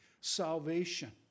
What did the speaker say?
salvation